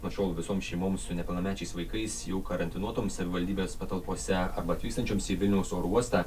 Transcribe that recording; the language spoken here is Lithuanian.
nuo šiol visoms šeimoms su nepilnamečiais vaikais jau karantinuotoms savivaldybės patalpose arba atvykstančioms į vilniaus oro uostą